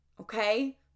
okay